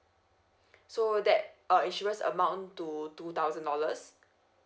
so that uh insurance amount to two thousand dollars